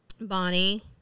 Bonnie